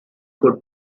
could